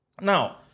Now